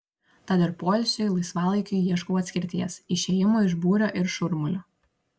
tad ir poilsiui laisvalaikiui ieškau atskirties išėjimo iš būrio ir šurmulio